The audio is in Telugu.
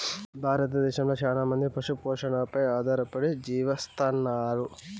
భారతదేశంలో చానా మంది పశు పోషణపై ఆధారపడి జీవిస్తన్నారు